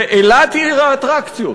ואילת היא עיר האטרקציות.